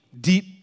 deep